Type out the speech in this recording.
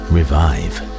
Revive